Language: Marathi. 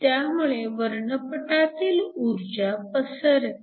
त्यामुळे वर्णपटातील ऊर्जा पसरते